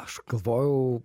aš galvojau